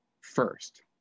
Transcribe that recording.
first